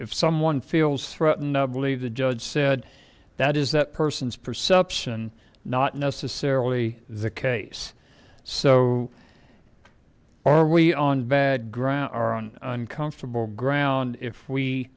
if someone feels threatened believe the judge said that is that person's perception not necessarily the case so are we on bad ground or on uncomfortable ground if we